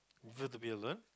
prefer to be alone